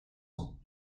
ans